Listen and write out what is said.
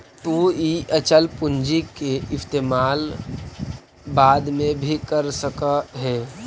तु इ अचल पूंजी के इस्तेमाल बाद में भी कर सकऽ हे